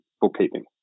bookkeeping